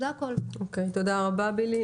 תודה רבה בילי.